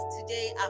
today